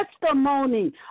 testimony